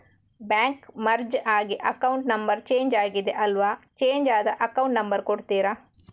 Bank merge ಆಗಿ account number change ಆಗಿದೆ ಅಲ್ವಾ, ಚೇಂಜ್ ಆದ ಅಕೌಂಟ್ ನಂಬರ್ ಕೊಡ್ತೀರಾ?